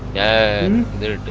and there